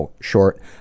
short